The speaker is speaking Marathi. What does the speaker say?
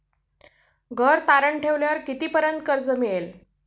घर तारण ठेवल्यावर कितीपर्यंत कर्ज मिळेल?